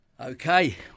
Okay